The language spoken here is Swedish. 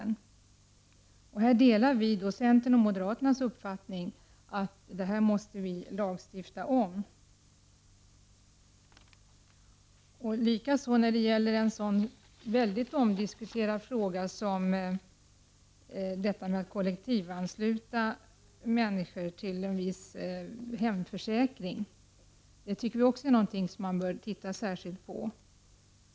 På den punkten delar vi centerns och moderaternas uppfattning: detta måste vi lagstifta om. Likaså den omdiskuterade frågan om kollektiva hemförsäkringar bör man studera särskilt.